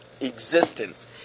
existence